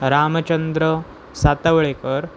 Ramchandra Satavalekar